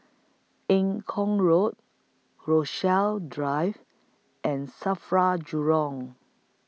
Eng Kong Road Rochalie Drive and SAFRA Jurong